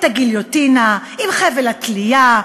את הגליוטינה עם חבל התלייה,